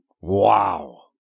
Wow